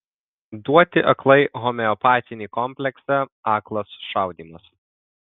duoti aklai homeopatinį kompleksą aklas šaudymas